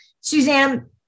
Suzanne